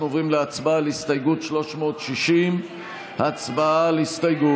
אנחנו עוברים להצבעה על הסתייגות 360. הצבעה על הסתייגות.